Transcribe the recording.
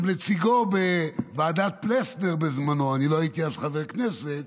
גם נציגו בוועדת פלסנר בזמנו אני לא הייתי אז חבר כנסת,